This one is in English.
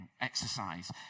exercise